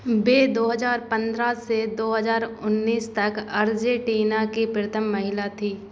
वे दो हजार पंद्रह से दो हजार उन्नीस तक अर्जेटीना की प्रथम महिला थी